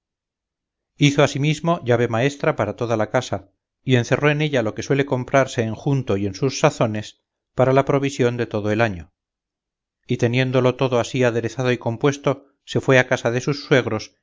hizo asimismo llave maestra para toda la casa y encerró en ella todo lo que suele comprarse en junto y en sus sazones para la provisión de todo el año y teniéndolo todo así aderezado y compuesto se fue a casa de sus suegros